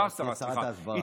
היא תהיה שרת ההסברה.